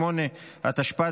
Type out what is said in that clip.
5), התשפ"ד